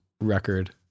record